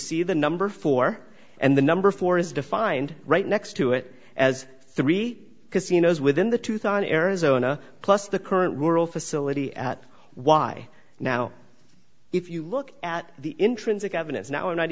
see the number four and the number four is defined right next to it as three casinos within the two thousand arizona plus the current rural facility at y now if you look at the intrinsic evidence now i'm not